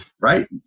right